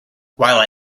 while